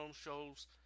shows